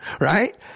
right